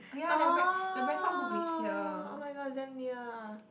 oh oh my god damn near